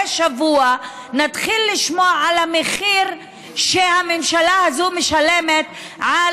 שבוע נתחיל לשמוע על המחיר שהממשלה הזאת משלמת על